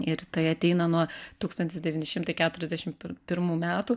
ir tai ateina nuo tūkstantis devyni šimtai keturiasdešim pirmų metų